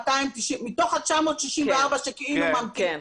בדיוק, מתוך ה-964 שכאילו ממתינים,